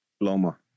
Loma